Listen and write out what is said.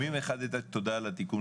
תודה על התיקון.